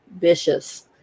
vicious